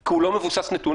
כי היא לא מבוססת נתונים,